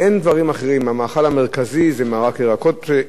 המאכל המרכזי זה מרק ירקות עם עוד משהו,